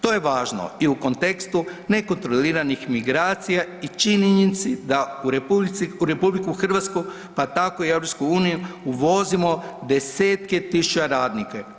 To je važno i u kontekstu nekontroliranih migracija i činjenica da u RH pa tako i EU, uvozimo desetke tisuća radnika.